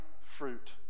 fruit